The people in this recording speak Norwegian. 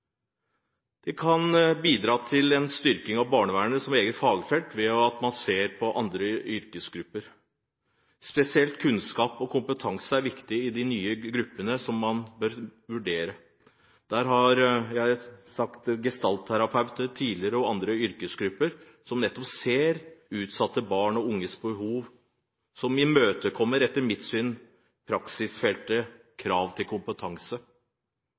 Vi kan bidra til en styrking av barnevernet som eget fagfelt ved å se på andre yrkesgrupper. Spesialisert kunnskap og kompetanse er viktig i de nye gruppene som man bør vurdere. Jeg har tidligere snakket om gestaltterapeuter og andre yrkesgrupper som nettopp ser utsatte barn og unges behov, som etter mitt syn imøtekommer praksisfeltets krav til kompetanse.